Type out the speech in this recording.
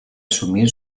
asumir